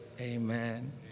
Amen